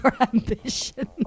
ambition